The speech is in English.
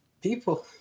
people